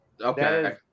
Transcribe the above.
Okay